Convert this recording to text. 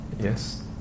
Yes